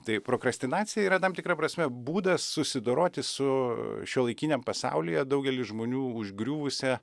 tai prokrastinacija yra tam tikra prasme būdas susidoroti su šiuolaikiniam pasaulyje daugelį žmonių užgriuvusia